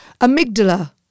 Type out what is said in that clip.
Amygdala